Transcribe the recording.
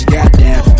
Goddamn